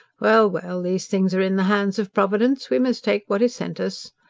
well, well! these things are in the hands of providence we must take what is sent us.